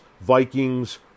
Vikings